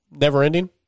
never-ending